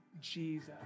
Jesus